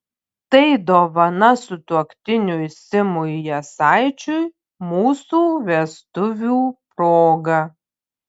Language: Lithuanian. tai dovana sutuoktiniui simui jasaičiui mūsų vestuvių proga